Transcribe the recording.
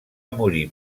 morir